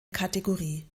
kategorie